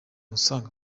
usanga